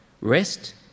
Rest